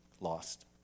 lost